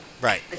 Right